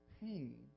pain